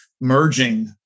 merging